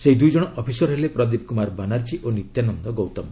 ସେହି ଦୁଇ ଜଣ ଅଫିସର ହେଲେ ପ୍ରଦୀପ କୁମାର ବାନାର୍ଜୀ ଓ ନିତ୍ୟାନନ୍ଦ ଗୌତମ